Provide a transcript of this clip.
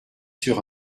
sur